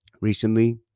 recently